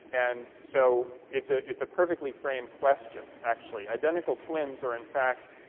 and so, it's ah it's a perfectly framed question, actually. identical twins are, in fact,